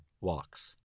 walks